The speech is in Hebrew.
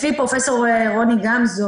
לפי פרופ' רוני גמזו,